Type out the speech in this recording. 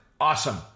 awesome